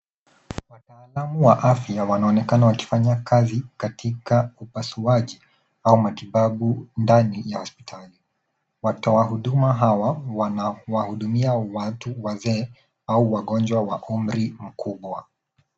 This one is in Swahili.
Wataalamu wa afya wanaonekana wakifanya kazi katika upasuaji au matibabu ndani ya hospitali. Watoa huduma hawa wanawahudumia watu wazee au wagonjwa wa umri mkubwa.